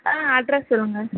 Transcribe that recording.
ஆ address சொல்லுங்க